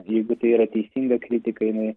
jeigu tai yra teisinga kritika jinai